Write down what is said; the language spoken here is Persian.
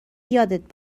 یادت